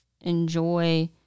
enjoy